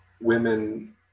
women